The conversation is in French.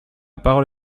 parole